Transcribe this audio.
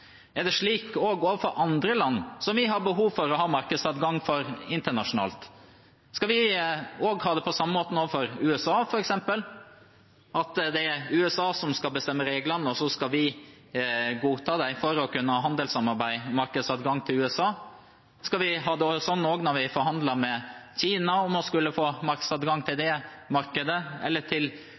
Er det slik også overfor andre land som vi har behov for å ha markedsadgang til? Skal vi ha det på samme måten også overfor f.eks. USA – at USA bestemmer reglene, og så skal vi godta dem for å kunne ha handelssamarbeid med og markedsadgang til USA? Skal vi ha det sånn også når vi forhandler med Kina om å få adgang til det markedet, eller